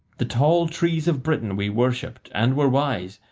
the tall trees of britain we worshipped and were wise,